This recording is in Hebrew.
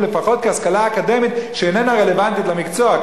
לפחות כהשכלה אקדמית שאיננה רלוונטית למקצוע.